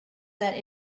that